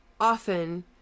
often